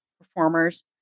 performers